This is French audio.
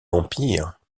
empire